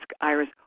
Iris